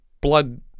blood